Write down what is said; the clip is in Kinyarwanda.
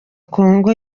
kongo